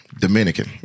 Dominican